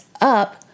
up